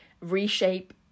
reshape